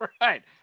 right